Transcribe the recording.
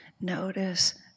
notice